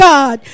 God